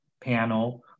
panel